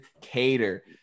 Cater